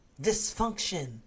Dysfunction